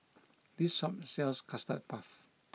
this shop sells Custard Puff